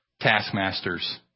taskmasters